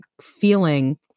feeling